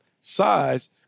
size